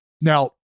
Now